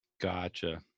Gotcha